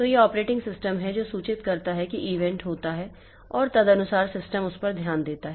तो यह operating system है जो सूचित करता है कि ईवेंट होता है और तदनुसार सिस्टम उस पर ध्यान देता है